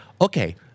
Okay